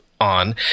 on